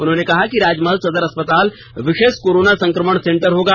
उन्होंने कहा कि राजमहल सदर अस्पताल विषेष कोरोना संकमण सेंटर होगा